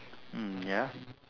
mm ya